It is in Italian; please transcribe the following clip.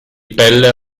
pelle